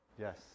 Yes